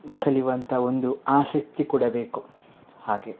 ಕಲೀವಂಥ ಒಂದು ಆಸಕ್ತಿ ಕೂಡ ಬೇಕು ಹಾಗೆ